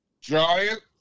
Giant